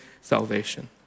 salvation